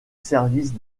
service